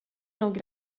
nog